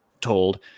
told